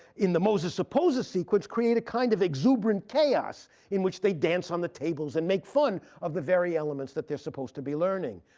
in the moses supposes sequence create a kind of exuberant chaos in which they dance on the tables and make fun of the very elements that they're supposed to be learning.